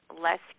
less